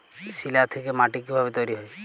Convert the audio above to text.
শিলা থেকে মাটি কিভাবে তৈরী হয়?